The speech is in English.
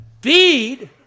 Feed